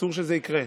אסור שזה יקרה.